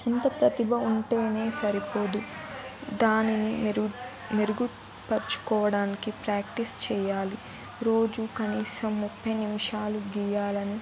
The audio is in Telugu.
ఇంత ప్రతిభ ఉంటేనే సరిపోదు దానిని మెరుగు మెరుగుపరుచుకోవడానికి ప్రాక్టీస్ చేయాలి రోజు కనీసం ముప్పై నిమిషాలు గీయాలని